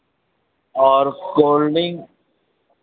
और cold drink